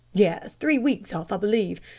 yes three weeks off, i believe.